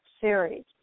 series